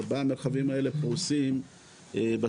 ארבעת המרחבים האלה פרוסים בצפון,